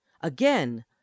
Again